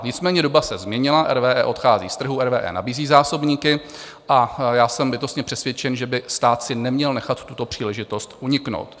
Nicméně doba se změnila, RWE odchází z trhu, RWE nabízí zásobníky a já jsem bytostně přesvědčen, že by stát si neměl nechat tuto příležitost uniknout.